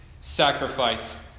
sacrifice